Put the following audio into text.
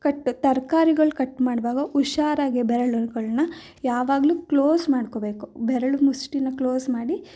cut ತರಕಾರಿಗಳು cut ಮಾಡುವಾಗ ಹುಷಾರಾಗೆ ಬೆರಳುಗಳನ್ನ ಯಾವಾಗಲೂ ಕ್ಲೋಸ್ ಮಾಡ್ಕೊಳ್ಬೇಕು ಬೆರಳು ಮುಷ್ಠಿನ ಕ್ಲೋಸ್ ಮಾಡಿ